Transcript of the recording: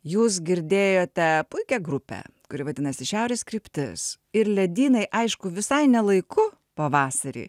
jūs girdėjote puikią grupę kuri vadinasi šiaurės kryptis ir ledynai aišku visai ne laiku pavasarį